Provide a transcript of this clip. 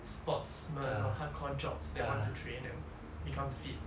sportsman or hardcore jocks that want to train and become fit